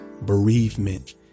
bereavement